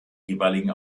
jeweiligen